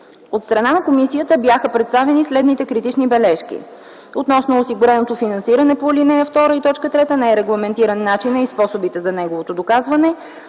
От страна на Комисията бяха представени следните критични бележки: - относно осигуреното финансиране по ал. 2, т. 3, не е регламентиран начина и способите за неговото доказване;